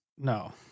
No